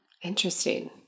Interesting